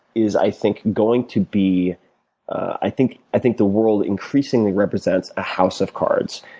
is, i think, going to be i think i think the world increasingly represents a house of cards.